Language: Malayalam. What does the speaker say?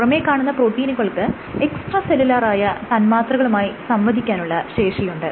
പുറമെ കാണുന്ന പ്രോട്ടീനുകൾക്ക് എക്സ്ട്രാ സെല്ലുലറായ തന്മാത്രകളുമായി സംവദിക്കാനുള്ള ശേഷിയുണ്ട്